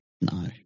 No